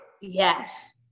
Yes